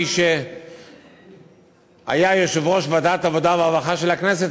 מי שהיה יושב-ראש ועדת העבודה והרווחה של הכנסת,